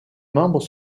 membres